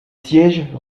sièges